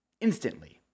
Instantly